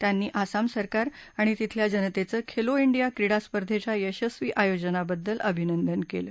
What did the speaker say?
त्यांनी आसाम सरकार आणि तिथल्या जनतेचं खेलो डिया क्रिडा स्पर्धेच्या यशस्वी आयोजनाबद्दल अभिनदन केलं